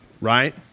Right